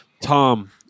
Tom